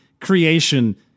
creation